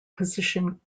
position